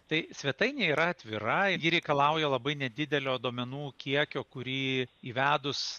tai svetain yra atvirai reikalauja labai nedidelio duomenų kiekio kurį įvedus